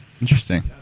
interesting